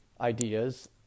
ideas